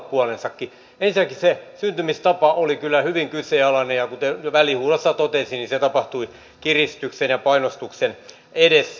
ensinnäkin se syntymistapa oli kyllä hyvin kyseenalainen ja kuten jo välihuudossa totesin niin se tapahtui kiristyksen ja painostuksen edessä